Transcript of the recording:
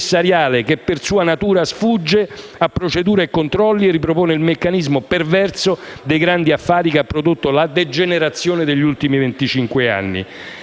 che per sua natura sfugge a procedure e controlli e ripropone il meccanismo perverso dei grandi affari che ha prodotto la degenerazione degli ultimi